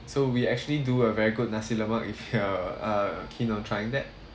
so we actually do a very good nasi lemak if you're uh keen on trying that